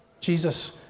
Jesus